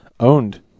Owned